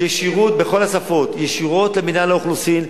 בכל השפות, ישירות למינהל האוכלוסין.